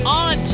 on